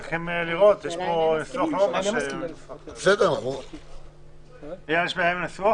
אייל, יש בעיה עם הניסוח?